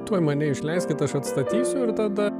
tuoj mane išleiskit aš atstatysiu ir tada